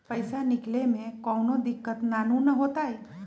पईसा निकले में कउनो दिक़्क़त नानू न होताई?